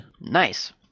nice